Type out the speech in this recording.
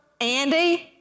Andy